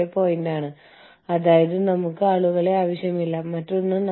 പക്ഷേ അവരെല്ലാം ചെയ്യുന്നത് ഒരേ കാര്യം തന്നെയാണ്